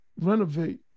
renovate